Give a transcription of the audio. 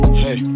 hey